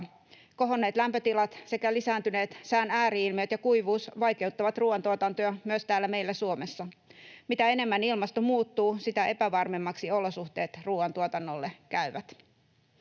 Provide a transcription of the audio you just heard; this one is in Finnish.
Kohonneet lämpötilat sekä lisääntyneet sään ääri-ilmiöt ja kuivuus vaikeuttavat ruuantuotantoa myös täällä meillä Suomessa. Mitä enemmän ilmasto muuttuu, sitä epävarmemmaksi olosuhteet ruuantuotannolle käyvät.